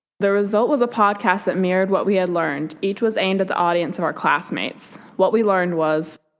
the result was a podcast that mirrored what we had learned. each was aimed at the audience of our classmates. what we learned was.